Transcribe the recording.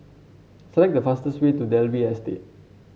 select the fastest way to Dalvey Estate